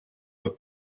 with